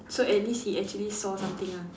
so at least he actually saw something ah